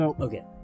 Okay